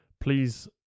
please